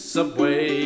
Subway